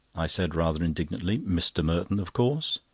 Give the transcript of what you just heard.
i said, rather indignantly mr. merton, of course.